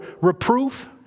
reproof